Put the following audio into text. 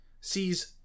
sees